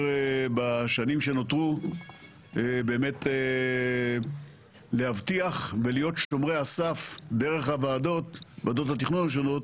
בשנים שנותרו באמת להבטיח ולהיות שומרי הסף דרך ועדות התכנון השונות